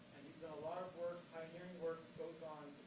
and he's done a lot of work, pioneering work, both on